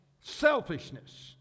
selfishness